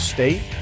State